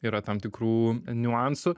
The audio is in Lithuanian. yra tam tikrų niuansų